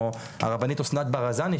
או הרבנית אסנת ברזני,